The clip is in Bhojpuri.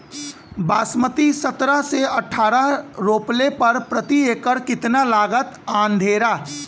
बासमती सत्रह से अठारह रोपले पर प्रति एकड़ कितना लागत अंधेरा?